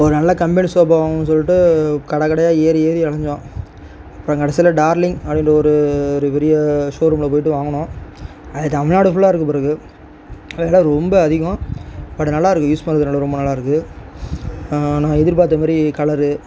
ஒரு நல்ல company sofa வாங்கணுன்னு சொல்லிட்டு கடை கடையாக ஏறி ஏறி இறங்குனோம் அப்புறோம் கடைசியில டார்லிங் அப்படின்ற ஒரு ஒரு பெரிய ஷோரூமில் போயிவிட்டு வாங்கினோம் அது தமிழ்நாடு ஃபுல்லாக இருக்கு பெருக்கு வில ரொம்ப அதிகம் பட் நல்லாருக்கு யூஸ் பண்ணுறதுக்கு ஓரளவு ரொம்ப நல்லாருக்கு நான் எதிர்பாத்த மேரி கலரு